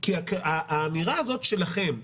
כי האמירה הזאת שלכם,